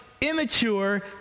immature